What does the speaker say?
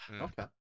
Okay